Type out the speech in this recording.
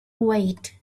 wait